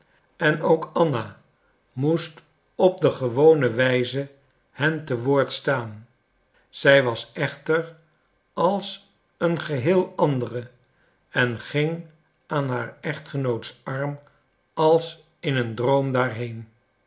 en ook anna moest op de gewone wijze hen te woord staan zij was echter als een geheel andere en ging aan haar echtgenoots arm als in een droom daarheen